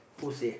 who say